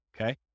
Okay